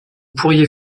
pourriez